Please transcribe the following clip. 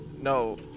No